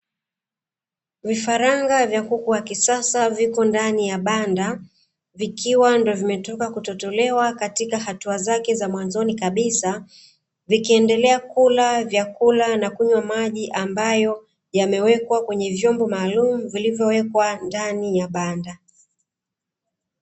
Vifaranga vya kuku wa kisasa viko ndani ya banda, vikiwa ndo vimetoka kutotolewa katika hatua zake za mwanzoni kabisa, vikiendelea kula vyakula na kunywa maji ambayo yamewekwa kwenye vyombo maalumu vilivyoweka ndani ya banda.